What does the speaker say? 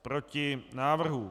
Proti návrhu.